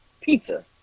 pizza